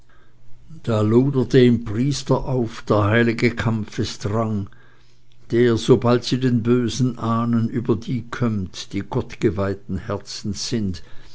im priester auf der heilige kampfesdrang der sobald sie den bösen ahnen über die kömmt die gottgeweihten herzens sind